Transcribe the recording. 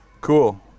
Cool